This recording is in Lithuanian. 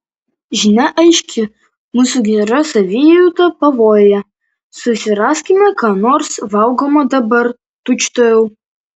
žinia aiški mūsų gera savijauta pavojuje susiraskime ką nors valgomo dabar tučtuojau